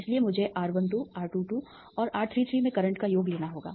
इसलिए मुझे R12 R22 और R33 में करंट का योग लेना होगा